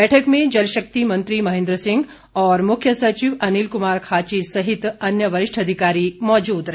बैठक में जल शक्ति मंत्री महेन्द्र सिंह और मुख्य सचिव अनिल कुमार खाची सहित अन्य वरिष्ठ अधिकारी मौजूद रहे